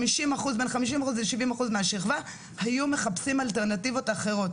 50-70% מהשכבה היו מחפשים אלטרנטיבות אחרות.